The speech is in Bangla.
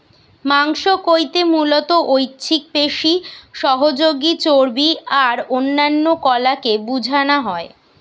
মাংস কইতে মুলত ঐছিক পেশি, সহযোগী চর্বী আর অন্যান্য কলাকে বুঝানা হয়